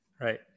Right